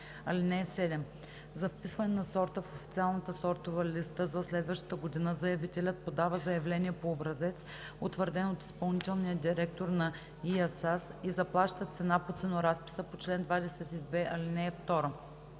7 и 8: „(7) За вписване на сорта в официалната сортова листа за следващата година заявителят подава заявление по образец, утвърден от изпълнителния директор на ИАСАС и заплаща цена по ценоразписа по чл. 22, ал. 2.